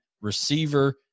receiver